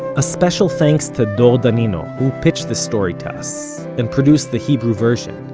a special thanks to dor danino who pitched this story to us, and produced the hebrew version.